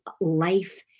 life